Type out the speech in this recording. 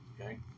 Okay